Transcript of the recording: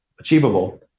achievable